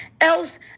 else